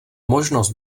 možnost